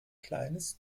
kleines